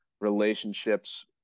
relationships